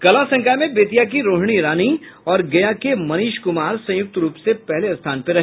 कला संकाय में बेतिया की रोहिणी रानी और गया के मनीष कुमार संयुक्त रूप से पहले स्थान पर रहे